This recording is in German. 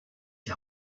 die